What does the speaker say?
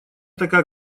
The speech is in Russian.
такая